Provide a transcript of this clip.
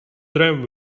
tram